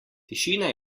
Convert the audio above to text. tišina